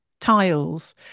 tiles